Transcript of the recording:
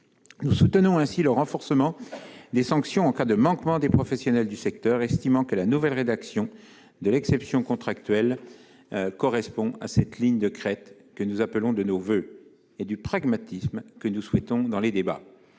Nous soutenons ainsi le renforcement des sanctions en cas de manquement des professionnels du secteur, estimant que la nouvelle rédaction de l'exception contractuelle relève de cette ligne de crête qu'il convient de tenir et satisfait au pragmatisme que nous souhaitons voir prospérer